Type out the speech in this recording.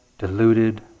deluded